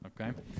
Okay